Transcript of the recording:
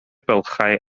bylchau